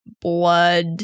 blood